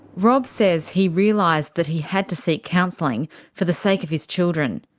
rob says he realised that he had to seek counselling for the sake of his children.